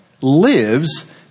lives